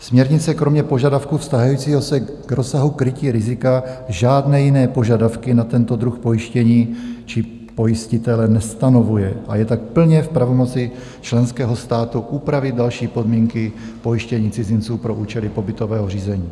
Směrnice kromě požadavku vztahujícího se k rozsahu krytí rizika žádné jiné požadavky na tento druh pojištění či pojistitele nestanovuje a je tak plně v pravomoci členského státu upravit další podmínky pojištění cizinců pro účely pobytového řízení.